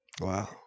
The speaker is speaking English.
Wow